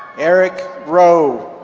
eric rowe.